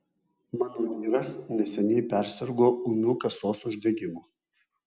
mano vyras neseniai persirgo ūmiu kasos uždegimu